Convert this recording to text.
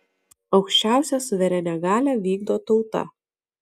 aukščiausią suverenią galią vykdo tauta